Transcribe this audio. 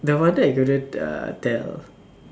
no wonder I couldn't uh tell